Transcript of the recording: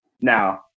now